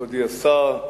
מכובדי השר,